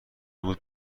بود